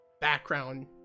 background